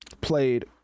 played